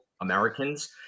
americans